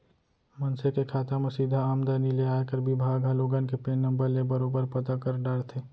मनसे के खाता म सीधा आमदनी ले आयकर बिभाग ह लोगन के पेन नंबर ले बरोबर पता कर डारथे